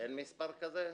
אין מספר כזה?